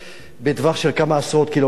בטווח של כמה עשרות קילומטרים,